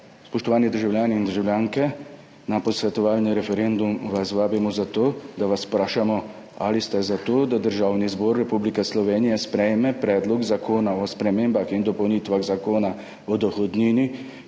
spoštovani državljani in državljanke, na posvetovalni referendum vas vabimo za to, da vas vprašamo ali ste za to, da Državni zbor Republike Slovenije sprejme Predlog zakona o spremembah in dopolnitvah Zakona o dohodnini,